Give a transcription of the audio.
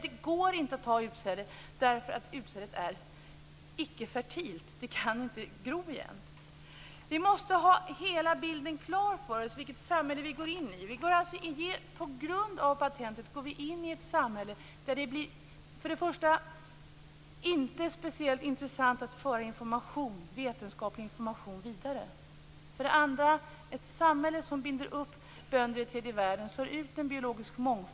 Det går inte att ta utsäde därför att utsädet är icke-fertilt, det kan inte gro. Vi måste ha hela bilden klar för oss när det gäller vilket samhälle som vi går in i. På grund av patentet går vi in i ett samhälle där det för det första inte blir särskilt intressant att föra vetenskaplig information vidare. För det andra blir det ett samhälle som binder upp bönderna i tredje världen och slår ut den biologiska mångfalden.